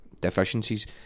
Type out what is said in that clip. deficiencies